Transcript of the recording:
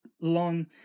long